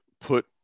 put –